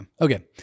Okay